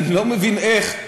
אני לא מבין איך,